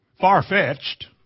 far-fetched